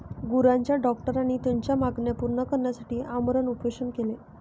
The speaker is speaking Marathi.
गुरांच्या डॉक्टरांनी त्यांच्या मागण्या पूर्ण करण्यासाठी आमरण उपोषण केले